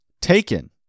Taken